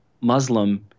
Muslim